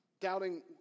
doubting